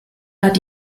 hat